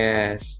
Yes